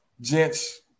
gents